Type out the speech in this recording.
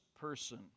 person